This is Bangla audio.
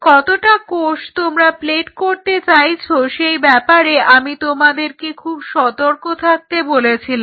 কতটা কোষ তোমরা প্লেট করতে চাইছো সেই ব্যাপারে আমি তোমাদেরকে খুব সতর্ক থাকতে বলেছিলাম